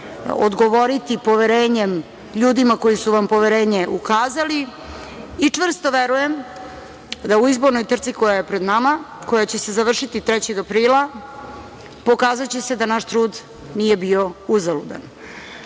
odgovoriti poverenjem ljudima koji su vam poverenje ukazali i čvrsto verujem da u izbornoj trci koja je pred nama, koja će se završiti 3. aprila, pokazaće se da naš trud nije bio uzaludan. Sa